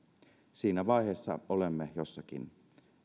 siinä tilanteessa olemme jossakin